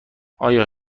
آیا